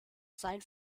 sein